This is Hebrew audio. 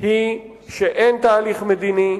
היא שאין תהליך מדיני,